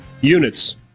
units